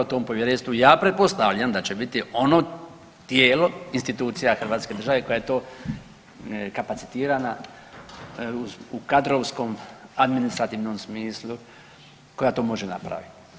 U tom povjerenstvu ja pretpostavljam da će biti ono tijelo, institucija Hrvatske države koja je to kapacitirana u kadrovskom administrativnom smislu koja to može napraviti.